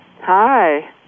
Hi